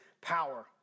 power